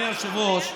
אדוני היושב-ראש,